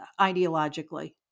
ideologically